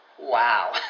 Wow